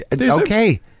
okay